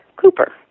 Cooper